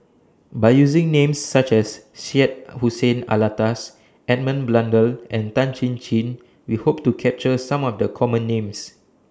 By using Names such as Syed Hussein Alatas Edmund Blundell and Tan Chin Chin We Hope to capture Some of The Common Names